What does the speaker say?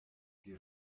die